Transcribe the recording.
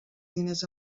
diners